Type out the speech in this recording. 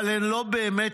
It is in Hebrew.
אבל הן לא באמת